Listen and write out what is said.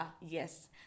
yes